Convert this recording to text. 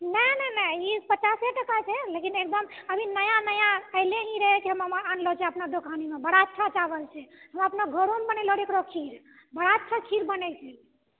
नहि नहि नहि नहि ई पचासे टका छै लेकिन एकदम नया नया एलो रहय कि हम आनलो छी अपना दोकानमे अच्छा चावल छै हम अपना घरोमे बनेलहो रहौ ओकरो खीर बड़ा अच्छा खीर बनै छै